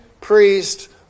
priest